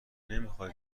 نمیخای